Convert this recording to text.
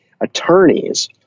attorneys